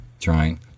trying